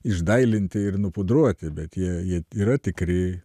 išdailinti ir nupudruoti bet jei jie yra tikri